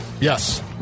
Yes